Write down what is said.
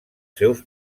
seus